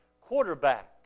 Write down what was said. quarterback